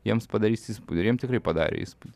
jiems padarys įspūdį ir jiem tikrai padarė įspūdį